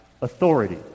authority